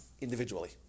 individually